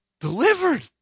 delivered